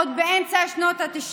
ארגון להב"ה, הכול מתועד.